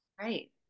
Right